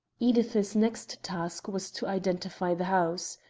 edith's next task was to identify the house.